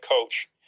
coach